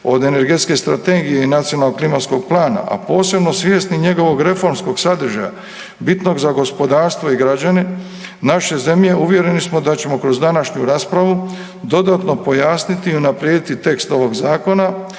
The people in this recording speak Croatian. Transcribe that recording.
od Energetske strategije i Nacionalnog klimatskog plana, a posebno svjesni njegovog reformskog sadržaja, bitnog za gospodarstvo i građane naše zemlje, uvjereni smo da ćemo kroz današnju raspravu dodatno pojasniti i unaprijediti tekst ovog Zakona,